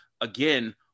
again